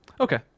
Okay